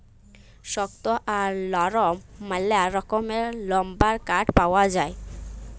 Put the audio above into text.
শক্ত আর লরম ম্যালা রকমের লাম্বার কাঠ পাউয়া যায়